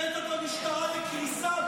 הבאת את המשטרה לקריסה, בריון כושל.